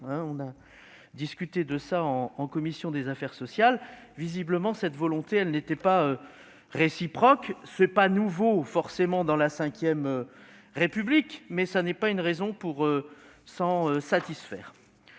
en avons discuté en commission des affaires sociales, cette bonne volonté n'était pas réciproque. Ce n'est pas forcément nouveau dans la V République, mais ce n'est pas une raison pour s'en satisfaire.